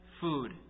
food